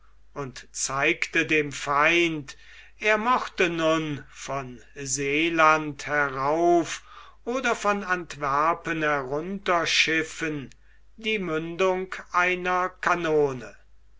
und zeigte dem feind er mochte nun von seeland herauf oder von antwerpen herunter schiffen die mündung einer kanone